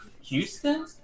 Houston